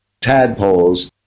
tadpoles